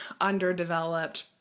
underdeveloped